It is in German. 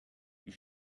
die